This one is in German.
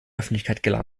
öffentlichkeit